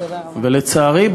לצערי,